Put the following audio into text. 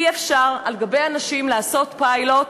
אי-אפשר על גב אנשים לעשות פיילוט.